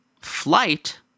flight